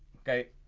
okay,